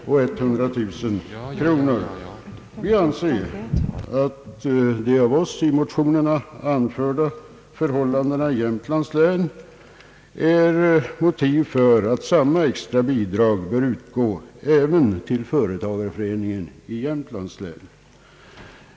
Vi anser att de av oss i motionerna anförda förhållandena i Jämtlands län är motiv för att samma extra bidrag bör utgå även till företagareföreningen i Jämtlands län.